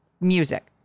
music